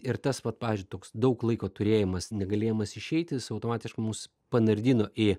ir tas vat pavyzdžiui toks daug laiko turėjimas negalėjimas išeiti jis automatiškai mus panardino į